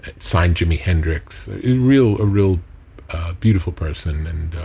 signed jimi hendrix. a real, a real beautiful person and